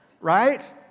right